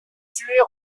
tuer